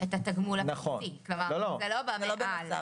את התגמול הבסיסי, כלומר זה לא בא מעל.